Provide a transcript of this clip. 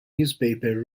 newspaper